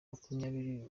makumyabiri